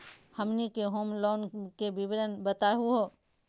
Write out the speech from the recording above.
हमनी के home loan के विवरण बताही हो?